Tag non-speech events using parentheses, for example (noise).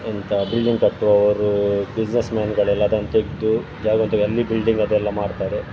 ಎಂಥ ಬಿಲ್ಡಿಂಗ್ ಕಟ್ಟುವವರು ಬಿಝಿನೆಸ್ಮ್ಯಾನ್ಗಳೆಲ್ಲ ಅದನ್ನು ತೆಗೆದು (unintelligible) ಅಲ್ಲಿ ಬಿಲ್ಡಿಂಗ್ ಅದೆಲ್ಲ ಮಾಡ್ತಾರೆ